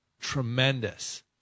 tremendous